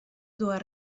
dues